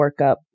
workup